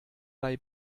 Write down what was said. bei